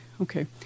Okay